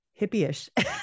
hippie-ish